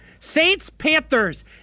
Saints-Panthers